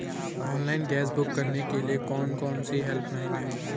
Online gas book करने के लिए कौन कौनसी हेल्पलाइन हैं?